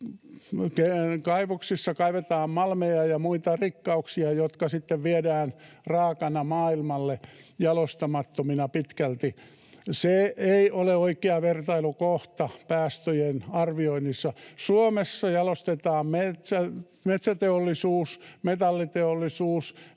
kaivoksissa kaivetaan malmeja ja muita rikkauksia, jotka sitten viedään raakana maailmalle, jalostamattomina pitkälti. Se ei ole oikea vertailukohta päästöjen arvioinnissa. Suomessa jalostetaan — metsäteollisuus, metalliteollisuus,